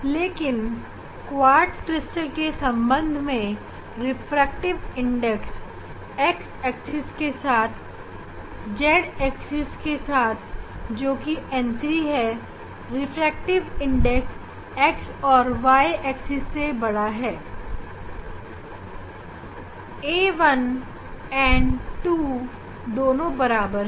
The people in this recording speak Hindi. लेकिन क्वार्ट्ज क्रिस्टल के संबंध में रिफ्रैक्टिव इंडेक्स एक्स एक्सिस मैं n1 और वाई एक्सिस मैं n2 और z एक्सिस मैं n3 है